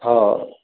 हा